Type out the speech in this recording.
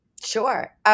Sure